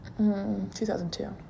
2002